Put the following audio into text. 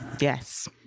Yes